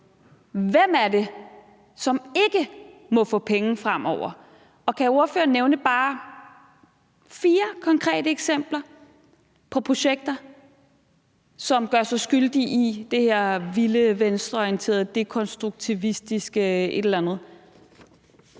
hvem det er, som ikke må få penge fremover? Og kan ordføreren nævne bare fire konkrete eksempler på projekter, som gør sig skyldige i det her vilde venstreorienterede dekonstruktivistiske et eller andet?